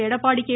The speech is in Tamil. எடப்பாடி கே